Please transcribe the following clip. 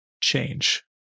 change